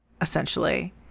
essentially